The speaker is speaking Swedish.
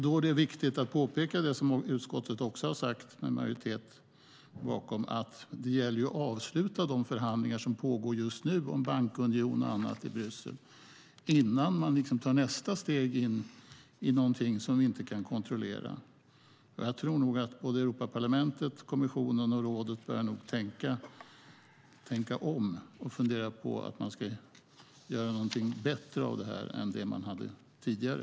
Då är det viktigt att påpeka det som utskottet också har sagt, med en majoritet bakom sig, att det gäller att avsluta de förhandlingar som pågår just nu om bankunion och annat i Bryssel innan man tar nästa steg in i någonting som man inte kan kontrollera. Jag tror att Europaparlamentet, kommissionen och rådet nog börjar tänka om och fundera på att man ska göra någonting bättre av det här än det man hade tidigare.